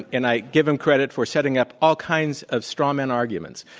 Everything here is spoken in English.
and i give them credit for setting up all kinds of straw man arguments,